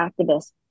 activists